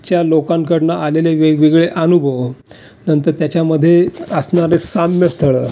च्या लोकांकडून आलेले वेगवेगळे अनुभव नंतर त्याच्यामध्ये असणारे साम्य स्थळं